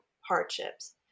hardships